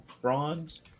bronze